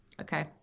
okay